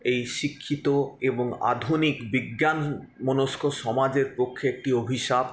এই শিক্ষিত এবং আধুনিক বিজ্ঞানমনস্ক সমাজের পক্ষে একটি অভিশাপ